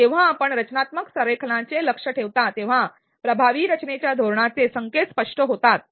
जेव्हा आपण रचनात्मक संरेखनाचे लक्ष्य ठेवता तेव्हा प्रभावी रचनेच्या धोरणाचे संकेत स्पष्ट होतात